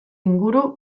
inguru